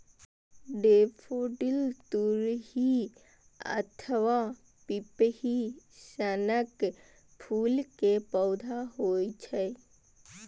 daffodil तुरही अथवा पिपही सनक फूल के पौधा होइ छै